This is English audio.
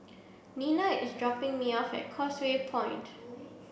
Nena is dropping me off at Causeway Point